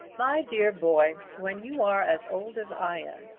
my dear boy, when you are as old as i am,